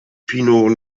pinot